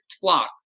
flock